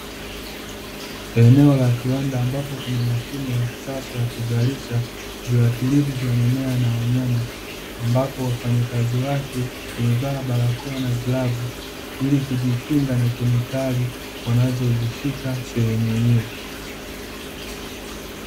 Eneo la kiwanda ambapo kuna mashine ya kisasa ya kuzalisha viwatilifu vya mimea na wanyama, ambapo wafanyakazi wake wamevaa barakoa na glavu ili kujikinga na kemikali wanazozishika sehemu hiyo.